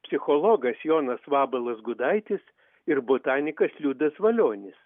psichologas jonas vabalas gudaitis ir botanikas liudas valionis